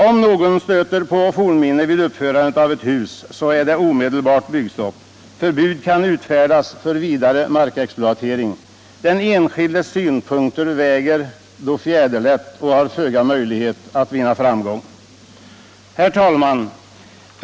Om någon stöter på fornminne vid uppförande av ett hus, så är det omedelbart byggstopp. Förbud kan utfärdas för vidare markexploatering. Den enskildes synpunkter väger då fjäderlätt och har föga möjlighet att vinna framgång. Herr talman!